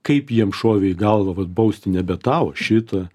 kaip jiem šovė į galvą vat bausti nebe tą o šitą